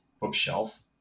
bookshelf